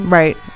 right